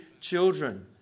children